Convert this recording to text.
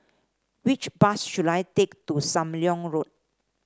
which bus should I take to Sam Leong Road